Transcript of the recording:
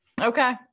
Okay